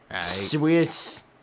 Swiss